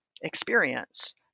experience